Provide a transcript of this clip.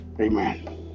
Amen